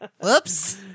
Whoops